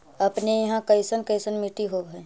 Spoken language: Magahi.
अपने यहाँ कैसन कैसन मिट्टी होब है?